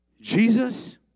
Jesus